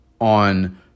on